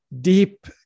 deep